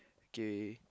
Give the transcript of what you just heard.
kay